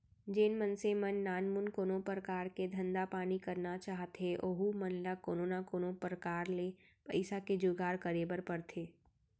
जेन मनसे मन नानमुन कोनो परकार के धंधा पानी करना चाहथें ओहू मन ल कोनो न कोनो प्रकार ले पइसा के जुगाड़ करे बर परथे